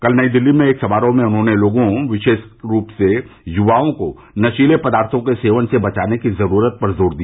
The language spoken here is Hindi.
कल नई दिल्ली में एक समारोह में उन्होंने लोगों विशेषकर युवाओं को नशीले पदार्थों के सेवन से बचाने की जरूरत पर जोर दिया